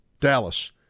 Dallas